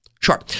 Sure